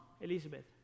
Elizabeth